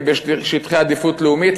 ובשטחי עדיפות לאומית.